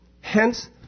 Hence